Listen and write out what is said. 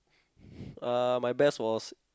uh my best was